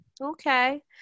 Okay